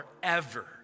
forever